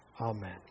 amen